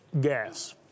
gas